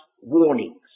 warnings